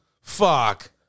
Fuck